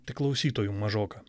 tik klausytojų mažoka